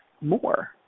more